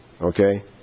Okay